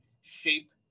shape